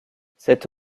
cette